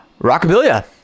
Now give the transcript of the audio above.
Rockabilia